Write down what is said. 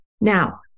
Now